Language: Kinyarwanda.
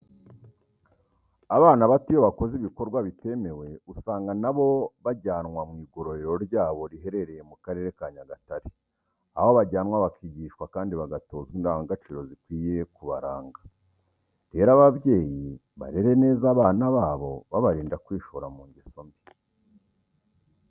Abana bato iyo bakoze ibikorwa bitemewe usanga na bo bajyanwa mu igororero ryabo riherereye mu Karere ka Nyagatare, aho bajyanwa bakigishwa kandi bakanatozwa indangagaciro zikwiye kubaranga. Rero ababyeyi barere neza abana babo babarinda kwishora mu ngeso mbi.